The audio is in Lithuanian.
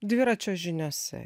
dviračio žiniose